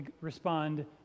respond